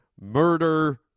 murder